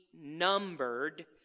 numbered